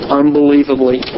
unbelievably